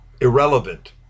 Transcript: Irrelevant